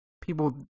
people